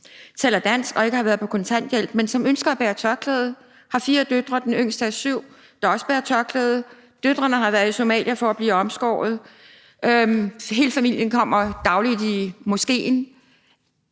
taler dansk og ikke har været på kontanthjælp, men som ønsker at bære tørklæde og har fire døtre, hvoraf den yngste er 7 år, der også bærer tørklæde. Døtrene har været i Somalia for at blive omskåret. Hele familien kommer dagligt i moskéen.